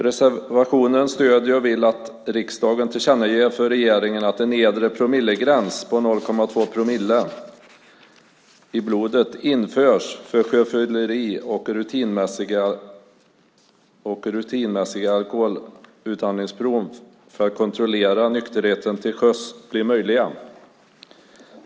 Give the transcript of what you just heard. Reservationen stöder och vill att riksdagen tillkännager för regeringen att en nedre gräns på 0,2 promille alkohol i blodet införs för sjöfylleri och att rutinmässiga alkoholutandningsprov för att kontrollera nykterheten till sjöss blir möjliga.